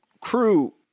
crew